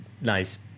nice